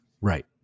Right